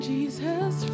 Jesus